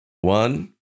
One